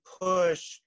push